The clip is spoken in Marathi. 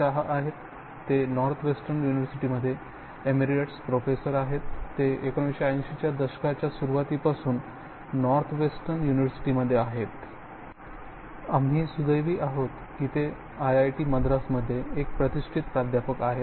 शहा आहेत ते नॉर्थवेस्टर्न युनिव्हर्सिटीमध्ये एमेरिटस प्रोफेसर आहेत ते 1980 च्या दशकाच्या सुरुवातीपासून नॉर्थवेस्टर्न युनिव्हर्सिटीमध्ये आहेत आम्ही सुदैवी आहोत की ते आयआयटी मद्रासमध्ये एक प्रतिष्ठित प्राध्यापक आहेत